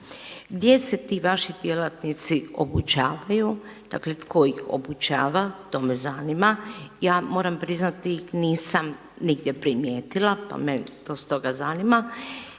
Gdje se ti vaši djelatnici obučavaju, dakle tko ih obučava? To me zanima. Ja moram priznati nisam nigdje primijetila pa me to stoga zanima.